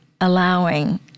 allowing